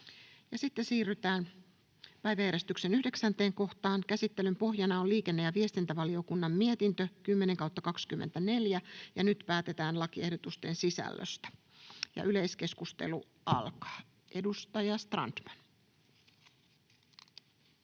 esitellään päiväjärjestyksen 9. asia. Käsittelyn pohjana on liikenne- ja viestintävaliokunnan mietintö LiVM 10/2024 vp. Nyt päätetään lakiehdotusten sisällöstä. — Yleiskeskustelu alkaa. Edustaja Strandman.